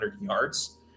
yards